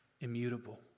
immutable